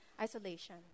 isolation